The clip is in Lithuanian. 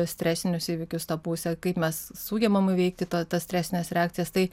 stresinius įvykius ta pusė kaip mes sugebam įveikti tą tas stresines reakcijas tai